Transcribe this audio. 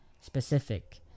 specific